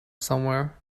somewhere